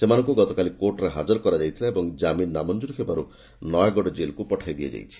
ସେମାନଙ୍କୁ ଗତକାଲି କୋର୍ଟରେ ହାଜର କରାଯାଇଥିଲା ଏବଂ ଜାମିନ ନାମଞ୍ଚୁର ହେବାରୁ ନୟାଗଡ ଜେଲ୍କୁ ପଠାଇ ଦିଆଯାଇଛି